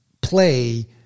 play